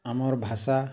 ଆମର୍ ଭାଷା